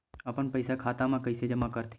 अपन पईसा खाता मा कइसे जमा कर थे?